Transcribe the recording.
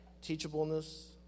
teachableness